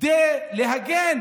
כדי להגן